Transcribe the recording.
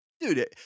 Dude